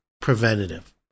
preventative